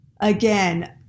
again